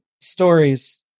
stories